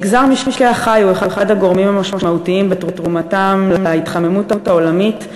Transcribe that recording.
מגזר משקי החי הוא אחד הגורמים המשמעותיים בתרומה להתחממות העולמית,